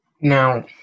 Now